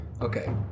Okay